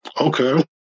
Okay